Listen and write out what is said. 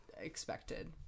expected